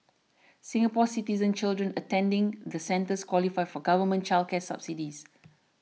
Singapore Citizen children attending the centres qualify for government child care subsidies